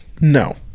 No